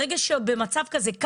במצב כזה,